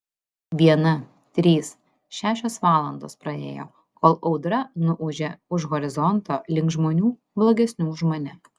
viena trys šešios valandos praėjo kol audra nuūžė už horizonto link žmonių blogesnių už mane